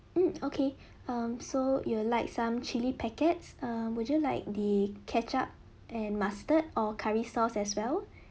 mm okay um so would like some chili packets um would you like the ketchup and mustard or curry sauce as well